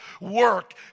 work